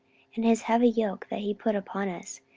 and his heavy yoke that he put upon us,